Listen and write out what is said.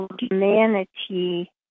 humanity